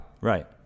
Right